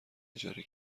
اجاره